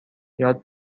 یاد